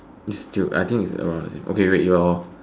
is still I think is around the same okay wait your